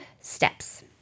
steps